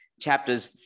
chapters